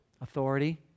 Authority